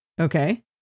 Okay